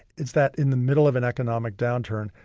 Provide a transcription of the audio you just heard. it's that in the middle of an economic downturn,